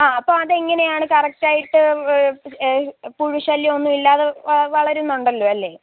ആ അപ്പോൾ അത് എങ്ങനെയാണ് കറക്റ്റ് ആയിട്ട് പുഴുശല്യം ഒന്നും ഇല്ലാതെ വളരുന്നുണ്ടല്ലോ അല്ലേ